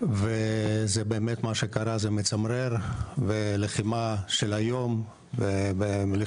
וזה באמת מה שקרה זה מצמרר ולחימה של היום ולחימה